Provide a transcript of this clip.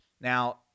now